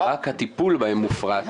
רק הטיפול בהם מופרט.